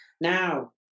Now